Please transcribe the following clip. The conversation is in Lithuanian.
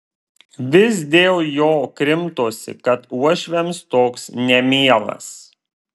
vis dėl jo krimtosi kad uošviams toks nemielas